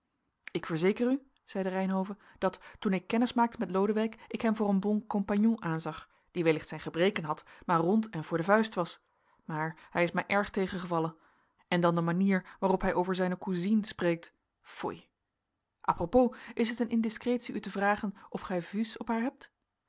ik verzeker u zeide reynhove dat toen ik kennis maakte met lodewijk ik hem voor een bon compagnon aanzag die wellicht zijn gebreken had maar rond en voor de vuist was maar hij is mij erg tegengevallen en dan de manier waarop hij over zijne cousine spreekt foei apropos is het een indiscretie u te vragen of gij vues op haar hebt